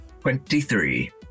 twenty-three